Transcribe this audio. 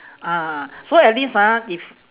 ah so at least ah if